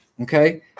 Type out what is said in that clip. okay